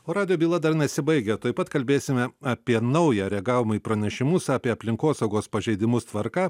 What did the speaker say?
o radijo byla dar nesibaigia tuoj pat kalbėsime apie naują reagavome į pranešimus apie aplinkosaugos pažeidimus tvarką